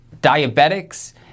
diabetics